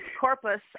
corpus